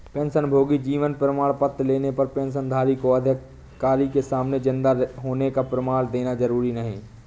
पेंशनभोगी जीवन प्रमाण पत्र लेने पर पेंशनधारी को अधिकारी के सामने जिन्दा होने का प्रमाण देना जरुरी नहीं